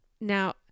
Now